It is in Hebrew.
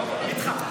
נדחה.